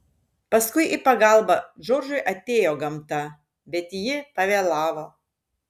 paskui į pagalbą džordžui atėjo gamta bet ji pavėlavo